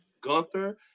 Gunther